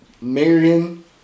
Marion